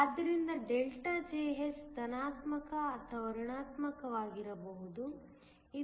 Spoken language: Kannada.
ಆದ್ದರಿಂದ ಡೆಲ್ಟಾ Jh ಧನಾತ್ಮಕ ಅಥವಾ ಋಣಾತ್ಮಕವಾಗಿರಬಹುದು